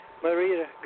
Maria